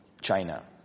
China